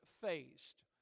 faced